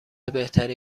بهتری